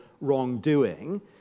wrongdoing